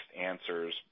answers